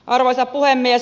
arvoisa puhemies